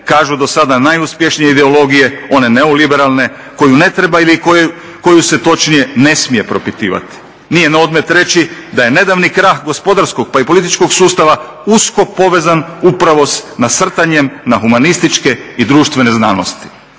kažu do sada najuspješnije ideologije, one neoliberalne koju ne treba ili koju se točnije ne smije propitivati. Nije na odmet reći da je nedavni krah gospodarskog pa i političkog sustava usko povezan upravo s nasrtanjem na humanističke i društvene znanosti.